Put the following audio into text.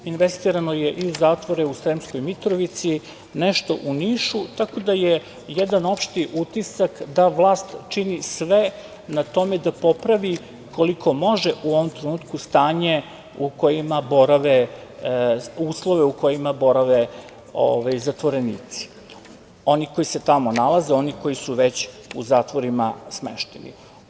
Investirano je i u zatvore u Sremskoj Mitrovici, nešto u Nišu, tako da je, jedan opšti utisak da vlast čini sve na tome da popravi koliko može, u ovom trenutku stanje u kojima borave, uslovi u kojima borave zatvorenici, oni koji se tamo nalaze, oni koji su već u zatvorima smešteni.